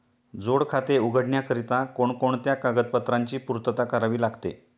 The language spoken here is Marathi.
जोड खाते उघडण्याकरिता कोणकोणत्या कागदपत्रांची पूर्तता करावी लागते?